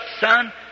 Son